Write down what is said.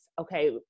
okay